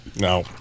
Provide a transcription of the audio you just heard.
No